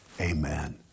amen